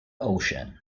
ocean